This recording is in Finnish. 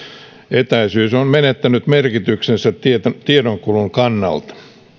etäisyys on menettänyt merkityksensä tiedonkulun kannalta